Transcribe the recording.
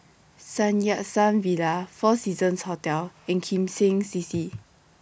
Sun Yat Sen Villa four Seasons Hotel and Kim Seng C C